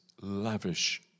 lavish